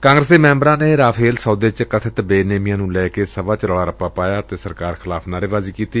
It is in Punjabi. ਕਾਂਗਰਸ ਦੇ ਮੈਂਬਰਾਂ ਨੇ ਰਾਫੇਲ ਸੌਦੇ ਵਿਚ ਕਬਿਤ ਬੇਨੇਮੀਆਂ ਨੂੰ ਲੈ ਕੇ ਸਭਾ ਚ ਰੌਲਾ ਰੱਪਾ ਪਾਇਆ ਸਰਕਾਰ ਖਿਲਾਫ਼ ਨਾਹਰੇਬਾਜ਼ੀ ਕੀਤੀ